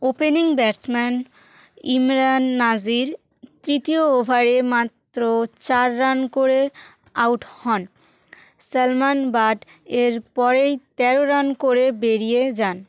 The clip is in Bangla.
ওপেনিং ব্যাটসম্যান ইমরান নাজির তৃতীয় ওভারে মাত্র চার রান করে আউট হন সলমান বাট এর পরেই তেরো রান করে বেরিয়ে যান